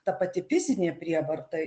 ta pati fizinė prievarta